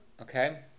okay